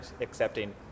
accepting